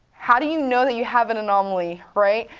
how do you know that you have an anomaly, right?